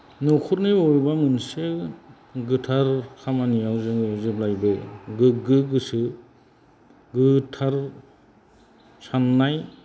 नखरनि अबेबा मोनसे गोथार खामानियाव जोङो जेब्लायबो गोग्गो गोसो गोथार सान्नाय